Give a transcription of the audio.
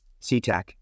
SeaTac